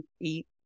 eat